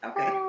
Okay